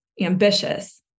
ambitious